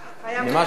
זה מה שנשאר.